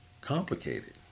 complicated